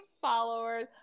followers